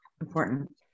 important